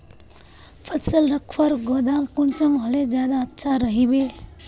फसल रखवार गोदाम कुंसम होले ज्यादा अच्छा रहिबे?